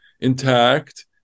intact